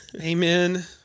amen